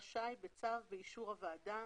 רשאי בצו, באישור הוועדה,